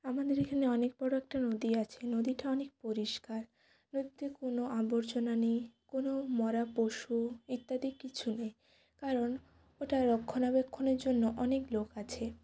আমাদের এখানে অনেক বড়ো একটা নদী আছে নদীটা অনেক পরিষ্কার নদীতে কোনো আবর্জনা নেই কোনো মরা পশু ইত্যাদি কিছু নেই কারণ ওটা রক্ষণাবেক্ষণের জন্য অনেক লোক আছে